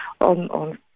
on